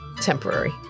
temporary